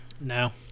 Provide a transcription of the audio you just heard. no